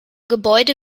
gebäude